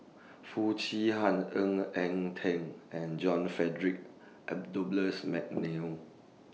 Foo Chee Han Ng Eng Teng and John Frederick Mcnair